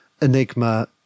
Enigma